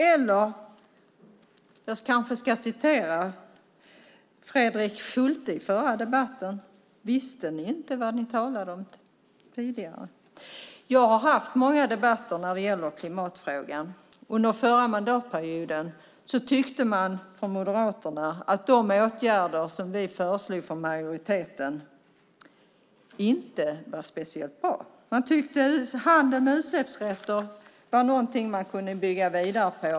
Jag kanske ska säga vad Fredrik Schulte sade i förra debatten: Visste ni inte vad ni talade om tidigare? Jag har deltagit i många debatter om klimatfrågan. Under förra mandatperioden tyckte Moderaterna att de åtgärder som majoriteten föreslog inte var speciellt bra. Man tyckte att handeln med utsläppsrätter var något man kunde bygga vidare på.